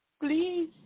Please